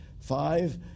five